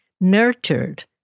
nurtured